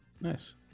nice